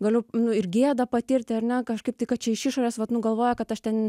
galiu nu ir gėdą patirti ar ne kažkaip tai kad čia iš išorės vat nu galvoja kad aš ten